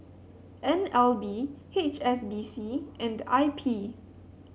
N L B H S B C and I P